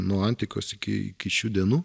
nuo antikos iki iki šių dienų